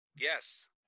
Yes